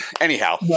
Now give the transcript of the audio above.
anyhow